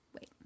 wait